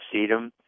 sedum